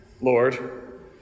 Lord